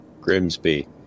Grimsby